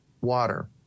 water